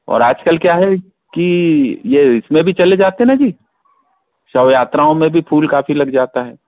और आजकल क्या है कि ये इसमें भी चले भी जाते हैं न जी शव यात्राओं में भी फूल काफ़ी लग जाता है